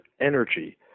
energy